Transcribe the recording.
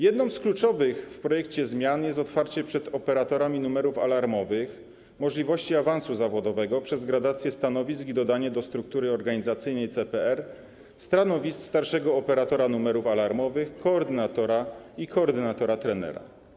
Jedną z kluczowych zmian w projekcie jest otwarcie przed operatorami numerów alarmowych możliwości awansu zawodowego przez gradację stanowisk i dodanie do struktury organizacyjnej CPR stanowisk: starszego operatora numerów alarmowych, koordynatora i koordynatora-trenera.